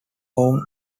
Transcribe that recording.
own